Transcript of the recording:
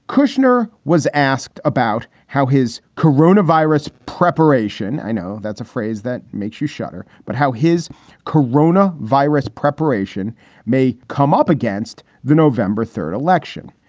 kushner was asked about how his corona virus preparation. i know that's a phrase that makes you shudder. but how his corona virus preparation may come up against the november third election.